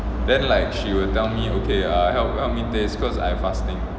then like she will tell me okay help me taste because I fasting